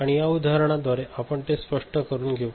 आणि या उदाहरणा द्वारे आपण ते स्पष्ठ करून घेऊ